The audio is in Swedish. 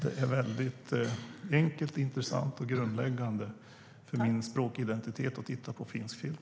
Det är enkelt, intressant och grundläggande för min språkidentitet att titta på finsk film.